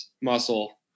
muscle